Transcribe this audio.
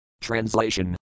Translation